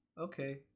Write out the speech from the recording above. okay